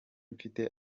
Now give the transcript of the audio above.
mfite